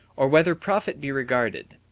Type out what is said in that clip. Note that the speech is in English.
or whether profit be regarded.